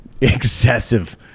Excessive